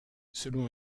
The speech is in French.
selon